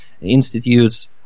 institutes